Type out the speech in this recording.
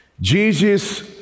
Jesus